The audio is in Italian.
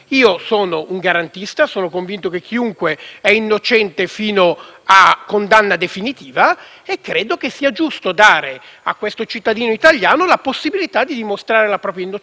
e ritengo giusto dare a questo cittadino italiano la possibilità di dimostrare la propria innocenza oppure, più probabilmente - come egli stesso ha chiesto - la sua volontà palese